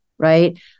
right